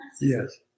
Yes